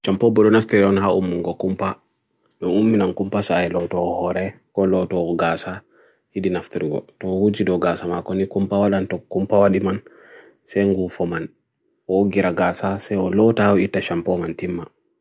Champo burunas teriyon ha umungo kumpa nung umi nang kumpa sa ae loto hohore ko loto ho gasa hidi naf terugo to wujido gasa makoni kumpa walantok kumpa waliman se yungu foman wo gira gasa se wo loto ho ita champo man tima